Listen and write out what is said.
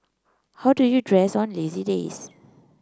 how do you dress on lazy days